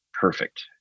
perfect